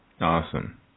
Awesome